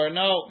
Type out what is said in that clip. no